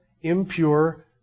impure